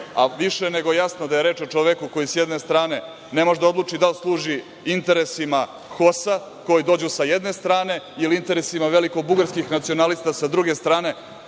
a više je nego jasno da je reč o čoveku koji s jedne strane ne može da odluči da li služi interesima HOS-a koji dođu sa jedne strane ili interesima veliko-bugarskih nacionalista sa druge strane.